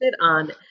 on